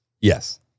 Yes